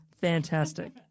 Fantastic